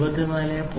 5 മുതൽ 24